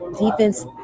Defense